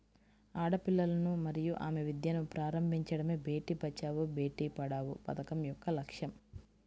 ఆడపిల్లలను మరియు ఆమె విద్యను ప్రారంభించడమే బేటీ బచావో బేటి పడావో పథకం యొక్క లక్ష్యం